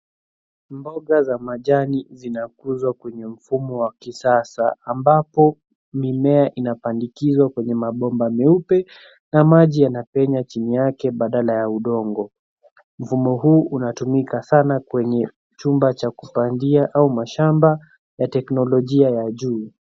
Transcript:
Mboga za majani zinakuzwa kwenye mfumo wa kisasa ambapo mimea inapandikizwa kwenye mabomba meupe na maji yanapenya chini yake badala ya udongo. Mfumo huu unatumika sana kwenye chumba cha kupandia au mashamba ya teknolojia ya juu.